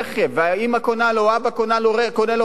ואמא קונה לו או אבא קונה לו רכב